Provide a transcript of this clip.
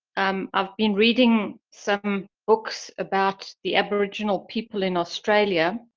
um i've been reading certain books about the aboriginal people in australia.